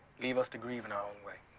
leave us to grieve in our own way.